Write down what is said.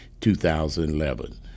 2011